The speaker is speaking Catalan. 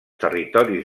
territoris